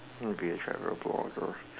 I want to be a travel blogger